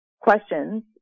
questions